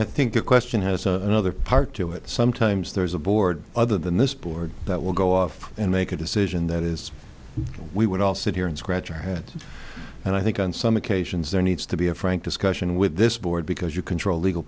i think the question has another part to it sometimes there is a board other than this board that will go off and make a decision that is we would all sit here and scratch your head and i think on some occasions there needs to be a frank discussion with this board because you control legal